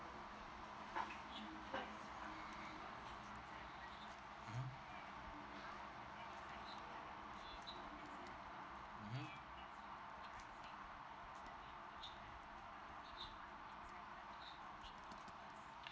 mmhmm mmhmm